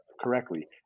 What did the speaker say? correctly